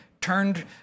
turned